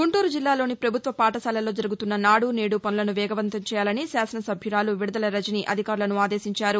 గుంటూరు జిల్లాలోని పభుత్వ పాఠశాలల్లో జరుగుతున్న నాడు నేడు పనులను వేగవంతం చేయాలనీ శాసన సభ్యురాలు విడదల రజిని అధికారులను ఆదేశించారు